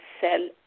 sell